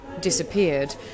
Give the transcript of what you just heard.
disappeared